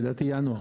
לדעתי ינואר.